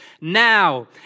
now